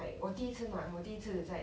like 我第一次吗我第一次在